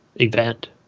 event